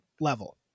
level